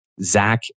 Zach